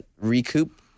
recoup